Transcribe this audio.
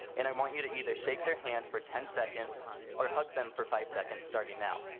and i want you to either shake their hand for ten seconds or hug them for five seconds starting now.